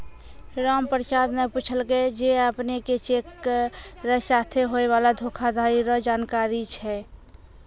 रामप्रसाद न पूछलकै जे अपने के चेक र साथे होय वाला धोखाधरी रो जानकारी छै?